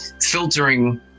filtering